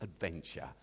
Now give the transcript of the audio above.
adventure